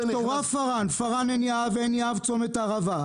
קטורה-פארן, פארן-עין יהב, עין יהב-צומת הערבה.